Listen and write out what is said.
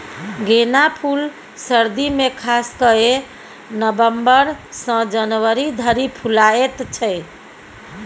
गेना फुल सर्दी मे खास कए नबंबर सँ जनवरी धरि फुलाएत छै